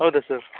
ಹೌದಾ ಸರ್